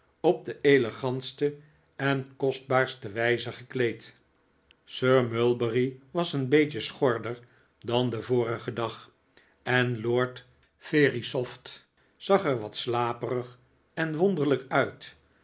op de elegantste en kostbaarste wijze gekleed sir mulberry was een beetje schorder dan den vorigen dag en lord verisopht zag er wat slaperig en wonderlijk uit